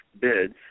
bids